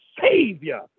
Savior